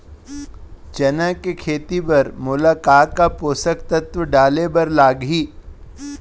चना के खेती बर मोला का का पोसक तत्व डाले बर लागही?